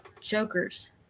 Jokers